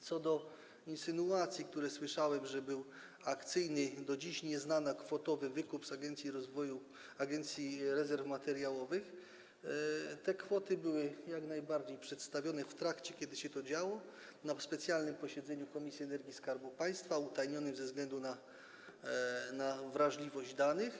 Co do insynuacji, które słyszałem, że był akcyjny, do dziś nieznany kwotowo wykup z Agencji Rezerw Materiałowych - te kwoty były jak najbardziej przedstawione w trakcie, kiedy się to działo, na specjalnym posiedzeniu Komisji do Spraw Energii i Skarbu Państwa, utajnionej ze względu na wrażliwość danych.